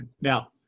Now